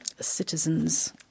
citizens